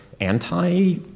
anti